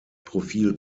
profil